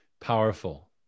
powerful